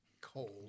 cold